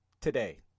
today